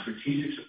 strategic